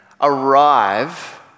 arrive